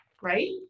right